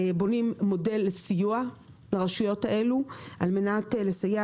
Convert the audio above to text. בונים מודל סיוע לרשויות האלה על מנת לסייע